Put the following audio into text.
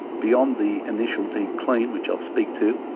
beyond the initial deep clean, which i'll speak to,